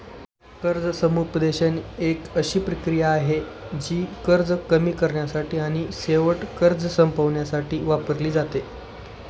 कर्ज समुपदेशन एक अशी प्रक्रिया आहे, जी कर्ज कमी करण्यासाठी आणि शेवटी कर्ज संपवण्यासाठी वापरली जाते